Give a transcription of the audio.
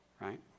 right